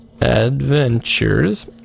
adventures